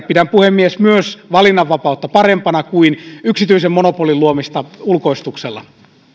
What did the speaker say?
pidän puhemies myös valinnanvapautta parempana kuin yksityisen monopolin luomista ulkoistuksella